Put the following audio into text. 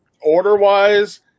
order-wise